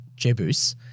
Jebus